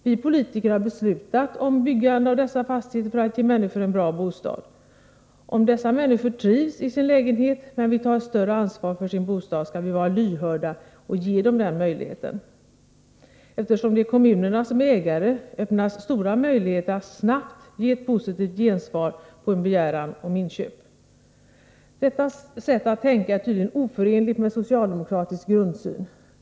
Vi politiker har beslutat om byggande av dessa fastigheter för att ge människor en bra bostad. Om dessa människor trivs i sin lägenhet, men vill ta ett större ansvar för sin bostad, skall vi vara lyhörda och ge dem den möjligheten. Eftersom det är kommunerna som är ägare öppnas stora möjligheter att snabbt ge ett positivt gensvar på en begäran om inköp. Detta sätt att tänka är tydligen oförenligt med socialdemokratisk grundsyn.